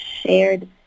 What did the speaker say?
shared